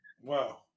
wow